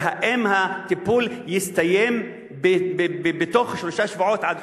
אבל האם הטיפול יסתיים בתוך שלושה שבועות עד